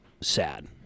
sad